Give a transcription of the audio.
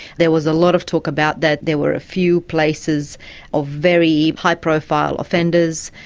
there was a lot of talk about that, there were a few places of very high profile offenders,